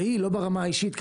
והיא לא ברמה האישית,